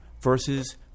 versus